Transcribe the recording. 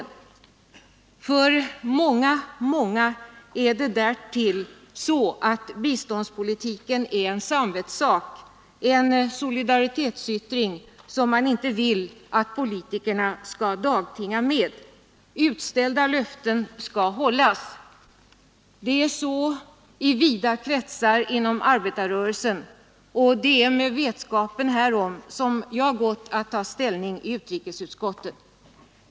För många är därtill biståndspolitiken en samvetssak — en solidaritetsyttring som man inte vill att politikerna skall dagtinga med. Utställda löften skall hållas. Det är så i vida kretsar inom arbetarrörelsen, och det är med vetskapen härom som jag har gått att ta ställning i utrikesutskottet.